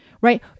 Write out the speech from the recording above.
right